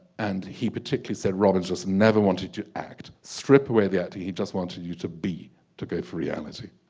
and he particularly said robbins just never wanted to act strip away the ah acting he just wanted you to be to go for reality.